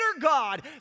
God